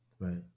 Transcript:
Right